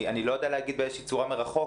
אני לא יודע להגיד באיזו צורה מרחוק,